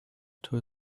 into